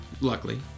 Luckily